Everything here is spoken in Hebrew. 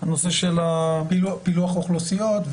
הנושא של פילוח אוכלוסיות,